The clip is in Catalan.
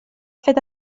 fet